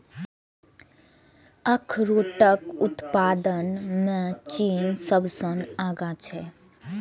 अखरोटक उत्पादन मे चीन सबसं आगां छै